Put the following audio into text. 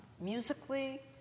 musically